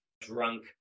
drunk